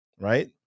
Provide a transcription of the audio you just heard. right